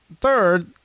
third